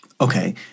Okay